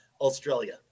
Australia